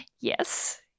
Yes